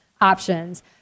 options